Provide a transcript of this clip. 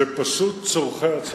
זה פשוט צורכי הצבא,